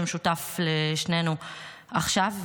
שמשותף לשנינו עכשיו.